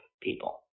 people